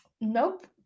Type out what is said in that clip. Nope